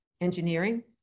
engineering